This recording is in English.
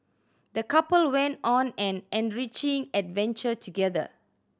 the couple went on an enriching adventure together